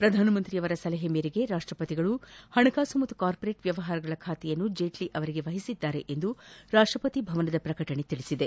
ಪ್ರಧಾನಮಂತ್ರಿಯವರ ಸಲಹೆ ಮೇರೆಗೆ ರಾಷ್ನಪತಿಯವರು ಹಣಕಾಸು ಮತ್ತು ಕಾರ್ಮೋರೇಟ್ ವ್ಯವಹಾರಗಳ ಖಾತೆಯನ್ನು ಜೇಟ್ಷಿಯವರಿಗೆ ವಹಿಸಿದ್ದಾರೆ ಎಂದು ರಾಷ್ಷಪತಿಭವನದ ಪ್ರಕಟಣೆ ತಿಳಿಸಿದೆ